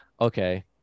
okay